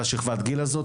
על שכבת גיל הזאת,